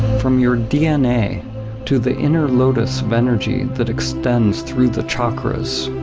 from your dna to the inner lotus of energy that extends through the chakras,